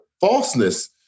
falseness